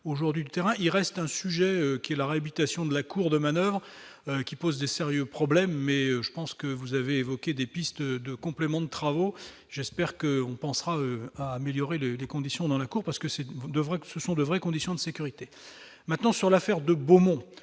il reste un sujet qui est la réputation de la Cour de manoeuvres qui pose de sérieux problèmes mais je pense que vous avez évoqué des pistes de complément de travaux, j'espère que, on pensera à améliorer les les conditions dans la cour, parce que c'est devrait que ce sont de vraies conditions de sécurité maintenant sur l'affaire de Beaumont,